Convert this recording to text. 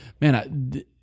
man